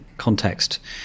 context